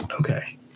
Okay